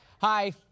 Hi